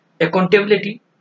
accountability